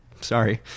Sorry